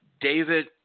David